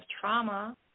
trauma